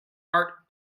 part